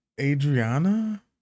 Adriana